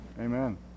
Amen